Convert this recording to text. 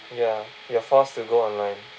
ya you're forced to go online